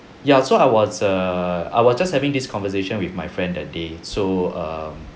ya so I was err I was just having this conversation with my friend that day so um